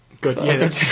Good